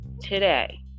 today